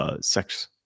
sex